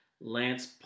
Lance